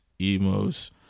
emos